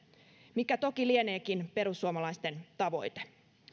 mikä toki lieneekin perussuomalaisten tavoite